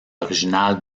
originale